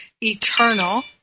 eternal